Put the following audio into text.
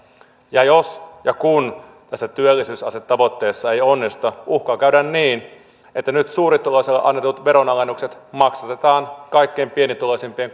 jos ja kun tässä työllisyysastetavoitteessa ei onnistuta uhkaa käydä niin että nyt suurituloisille annetut veronalennukset maksatetaan kaikkein pienituloisimpien